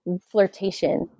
flirtation